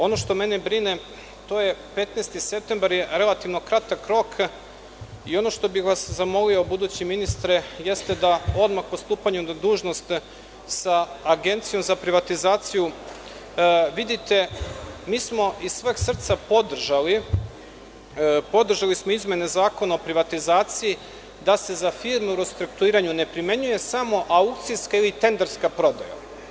Ono što mene brine, 15. septembar je relativno kratak rok i ono što bih vas zamolio, budući ministre, jeste da odmah po stupanju na dužnost, sa Agencijom za privatizaciju vidite, mi smo iz sveg srca podržali izmene Zakona o privatizaciji, da se za firme u restrukturiranju ne primenjuje samo aukcijska ili tenderska prodaja.